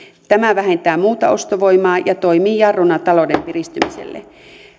tämä vähentää muuta ostovoimaa ja toimii jarruna talouden piristymiselle